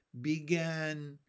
began